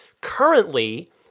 currently